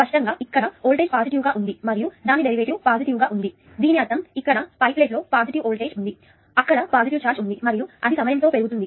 స్పష్టంగా ఇక్కడ voltage positive గా ఉంది మరియు దాని డెరివేటివ్ పాజిటివ్ గా ఉంది దీని అర్థం ఇక్కడ పై ప్లేట్లో పాజిటివ్ వోల్టేజ్ ఉంది అక్కడ పాజిటివ్ చార్జ్ ఉంది మరియు అది సమయం తో పెరుగుతుంది